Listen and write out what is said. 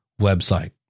website